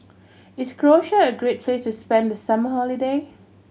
is Croatia a great place to spend the summer holiday